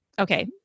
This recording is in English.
okay